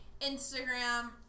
Instagram